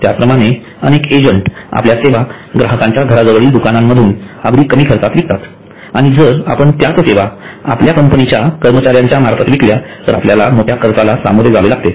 त्याचप्रमाणे अनेक एजंट आपल्या सेवा ग्राहकांच्या घराजवळील दुकानांमधून अगदी कमी खर्चात विकतात आणि जर आपण त्याच सेवा आपल्या कंपनीच्या कर्मचाऱ्यांमार्फत विकल्या तर आपल्याला मोठ्या खर्चास सामोरे जावे लागेल